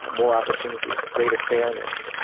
ah more opportunity, greater fairness.